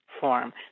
form